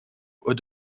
haut